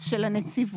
דוח של הנציבות,